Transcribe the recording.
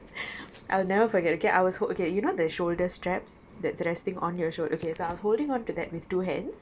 I'll never forget okay I was okay you know the shoulder straps that's resting on your shoul~ okay so I was holding onto that with two hands